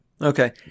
Okay